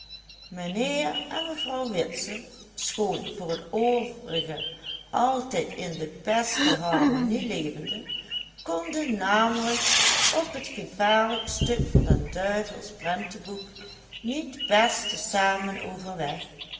mijnheer en mevrouw witse schoon voor het overige altijd in de beste harmonie levende konden namelijk op het gevaarlijk stuk van des duivels prenteboek niet best te zamen overweg